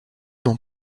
dans